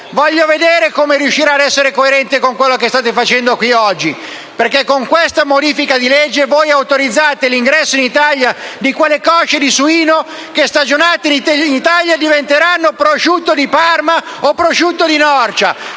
voglio vedere come riuscirà ad essere coerente con quello che state facendo qui oggi, perché con questa modifica di legge voi autorizzate l'ingresso in Italia di quelle cosce di suino che, stagionate in Italia, diventeranno prosciutto di Parma o prosciutto di Norcia: